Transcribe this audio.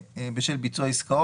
חמש פלוס מדד.